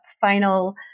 final